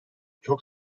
çok